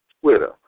Twitter